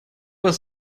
вас